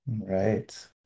Right